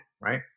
Right